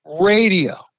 radio